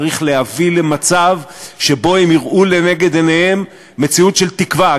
צריך להביא למצב שבו הם יראו לנגד עיניהם מציאות של תקווה,